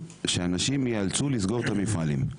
שאנשים יאלצו לסגור את המפעלים.